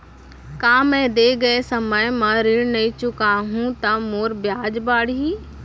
का मैं दे गए समय म ऋण नई चुकाहूँ त मोर ब्याज बाड़ही?